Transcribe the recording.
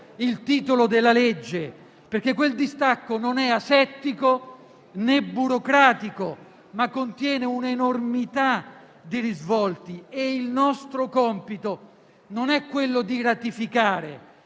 Il nostro compito non è quello di ratificare,